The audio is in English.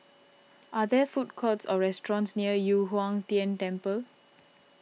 are there food courts or restaurants near Yu Huang Tian Temple